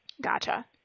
Gotcha